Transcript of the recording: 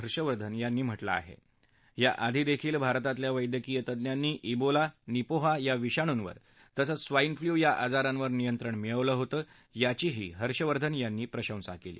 हर्षवर्धन यांनी म्हटलं आहा आआधीही भारतातल्या वैद्यकीय तज्ञांनी इबोला निपाह या विषाणूंवर तसंच स्वाइन फ्ल्यू या आजारांवर नियंत्रण मिळवलं होतं याचीही हर्षवर्धन यांनी प्रशंसा कल्ली